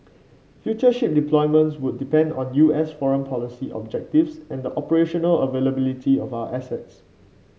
future ship deployments would depend on U S foreign policy objectives and the operational availability of our assets